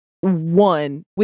One